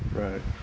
right